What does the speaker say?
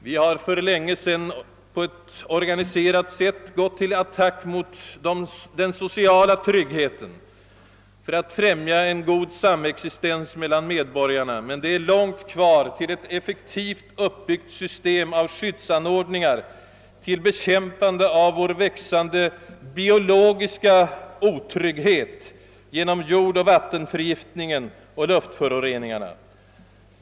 Vi har för länge sedan gått till organiserad attack mot den sociala otryggheten för att främja en god samexistens mellan medborgarna, men det är långt kvar till ett effektivt uppbyggt system av skyddsanordningar för bekämpande av vår växande biologiska otrygghet genom jordoch vattenförgiftningen och luftföroreningarna.